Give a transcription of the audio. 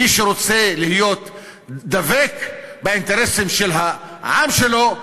מי שרוצה לדבוק באינטרסים של העם שלו,